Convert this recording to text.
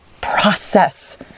process